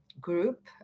group